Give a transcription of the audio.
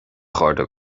chairde